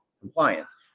compliance